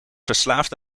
verslaafd